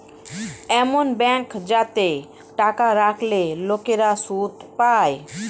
এমন ব্যাঙ্ক যাতে টাকা রাখলে লোকেরা সুদ পায়